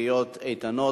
(עיריות איתנות),